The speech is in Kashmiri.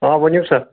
آ ؤنِو سَہ